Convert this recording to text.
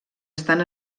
estan